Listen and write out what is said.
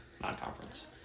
non-conference